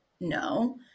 No